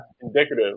indicative